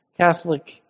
Catholic